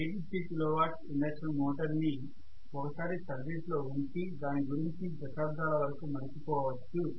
850 kW induction motor ని ఒకసారి service లో ఉంచి దాని గురించి దశాబ్దాల వరకు మరచి పోవచ్చు